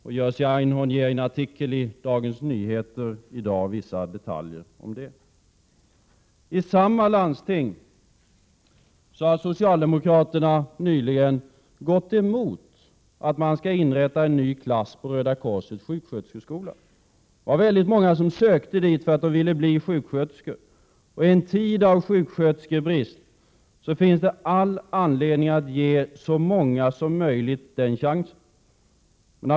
Jerzy Einhorn ger i en artikel i Dagens Nyheter i dag vissa detaljer om detta. I samma landsting gick socialdemokraterna nyligen emot förslaget att inrätta en ny klass på Röda korsets sjuksköterskeskola. Många hade sökt dit därför att de ville bli sjuksköterskor. I en tid av sjuksköterskebrist finns det all anledning att ge så många som möjligt chans till utbildning.